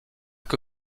que